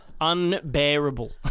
Unbearable